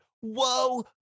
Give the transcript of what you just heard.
Whoa